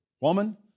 Woman